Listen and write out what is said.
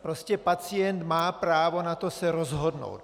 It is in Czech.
Prostě pacient má právo na to se rozhodnout.